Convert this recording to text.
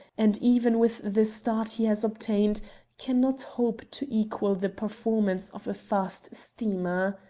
and even with the start he has obtained cannot hope to equal the performance of a fast steamer.